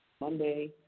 Monday